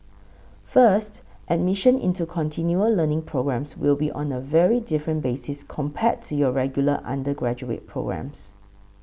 first admission into continual learning programmes will be on a very different basis compared to your regular undergraduate programmes